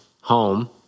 home